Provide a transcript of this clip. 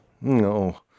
no